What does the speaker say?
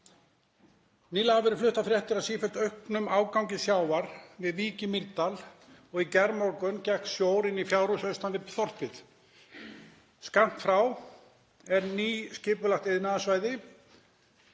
Nýlega hafa verið fluttar fréttir af sífellt auknum ágangi sjávar við Vík í Mýrdal og í gærmorgun gekk sjór inn í fjárhús austan við þorpið. Skammt frá er nýskipulagt iðnaðarsvæði